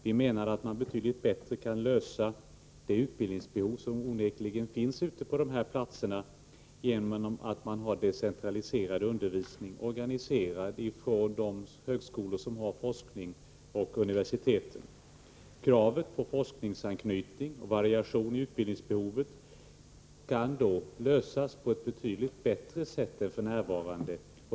Vi menar att man betydligt bättre kan tillgodose det utbildningsbehov som onekligen finns på de här platserna genom decentraliserad undervisning, organiserad från de högskolor som har forskning och från universiteten. Kravet på forskningsanknytning och variation i utbildningsutbudet kan då uppfyllas på ett betydligt bättre sätt än f.n.